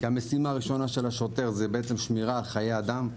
כי המשימה הראשונה של השוטר היא בעצם שמירה על חיי אדם,